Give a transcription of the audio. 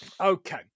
okay